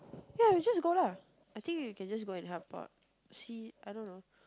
ya we just go lah I think you can just go and help out see I don't know